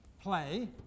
play